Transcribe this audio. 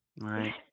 Right